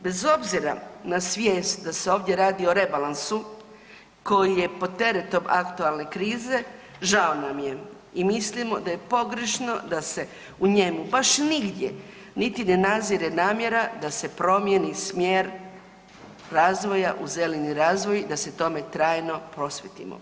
Bez obzira na svijest da se ovdje radi o rebalansu koji je pod teretom aktualne krize žao nam je i mislimo da je pogrešno da se u njemu baš nigdje niti ne nadzire namjera da se promijeni smjer razvoja u zeleni razvoj i da se tome trajno posvetimo.